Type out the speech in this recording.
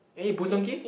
we eat Boon-Tong-Kee